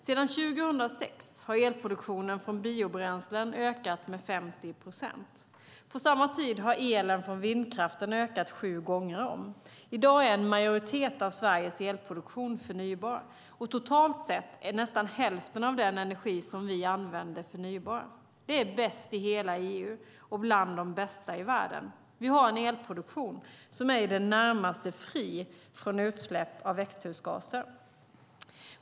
Sedan 2006 har elproduktionen från biobränslen ökat med 50 procent. På samma tid har elen från vindkraften ökat sju gånger om. I dag är en majoritet av Sveriges elproduktion förnybar, och totalt sett är nästan hälften av den energi som vi använder förnybar. Det är bäst i hela EU och bland de bästa i världen. Vi har en elproduktion som är i det närmaste fri från utsläpp av växthusgaser.